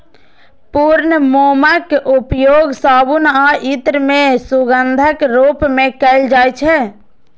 पूर्ण मोमक उपयोग साबुन आ इत्र मे सुगंधक रूप मे कैल जाइ छै